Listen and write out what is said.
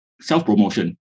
self-promotion